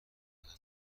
هنگام